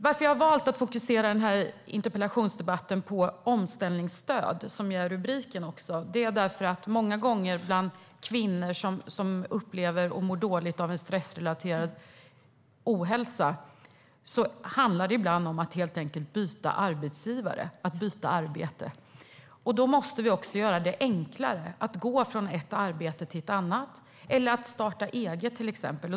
Jag har valt att fokusera min interpellation på omställningsstöd, som det också står i rubriken, därför att det bland kvinnor som mår dåligt av stressrelaterad ohälsa många gånger helt enkelt handlar om att byta arbetsgivare, att byta arbete. Då måste vi också göra det enklare att gå från ett arbete till ett annat eller att starta eget.